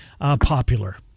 popular